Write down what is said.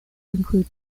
include